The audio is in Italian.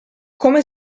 come